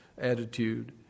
attitude